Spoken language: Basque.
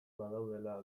badaudela